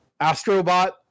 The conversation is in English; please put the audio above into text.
astrobot